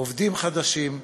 עובדים חדשים,